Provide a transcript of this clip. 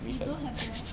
you don't have the